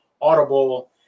Audible